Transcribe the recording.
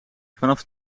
vanaf